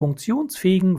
funktionsfähigen